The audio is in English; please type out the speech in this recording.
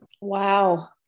Wow